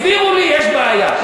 הסבירו לי, יש בעיה.